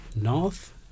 north